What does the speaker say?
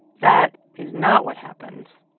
that is not what happens.